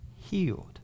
healed